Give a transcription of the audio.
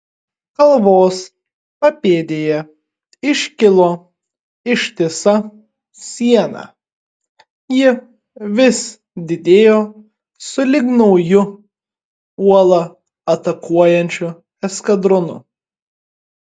kalvos papėdėje iškilo ištisa siena ji vis didėjo sulig nauju uolą atakuojančiu eskadronu